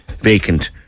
vacant